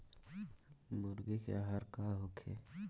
मुर्गी के आहार का होखे?